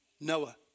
Noah